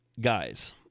guys